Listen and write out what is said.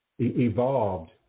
evolved